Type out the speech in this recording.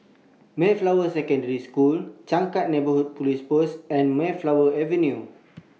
Mayflower Secondary School Changkat Neighbourhood Police Post and Mayflower Avenue